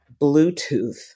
Bluetooth